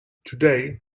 today